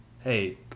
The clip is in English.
hey